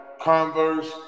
Converse